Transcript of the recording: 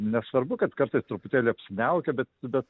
nesvarbu kad kartais truputėlį apsiniaukę bet bet